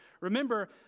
Remember